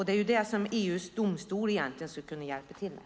Det borde EU:s domstol kunna hjälpa till med.